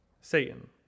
Satan